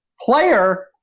player